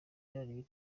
kuri